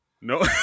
No